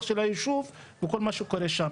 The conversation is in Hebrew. פיתוח של היישוב וכל מה שקורה שם.